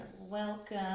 welcome